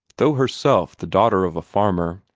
though herself the daughter of a farmer,